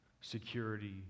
security